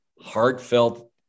heartfelt